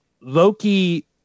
Loki